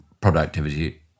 productivity